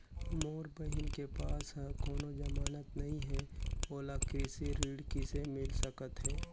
मोर बहिन के पास ह कोनो जमानत नहीं हे, ओला कृषि ऋण किसे मिल सकत हे?